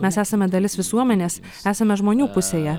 mes esame dalis visuomenės esame žmonių pusėje